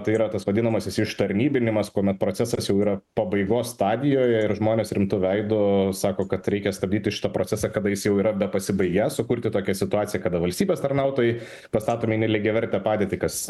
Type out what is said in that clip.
tai yra tas vadinamasis ištarnybinimas kuomet procesas jau yra pabaigos stadijoje ir žmonės rimtu veidu sako kad reikia stabdyti šitą procesą kada jis jau yra bepasibaigiąs sukurti tokią situaciją kada valstybės tarnautojai pastatomi į nelygiavertę padėtį kas